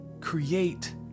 create